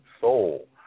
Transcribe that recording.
Soul